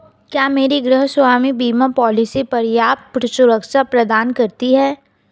क्या मेरी गृहस्वामी बीमा पॉलिसी पर्याप्त सुरक्षा प्रदान करती है?